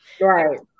Right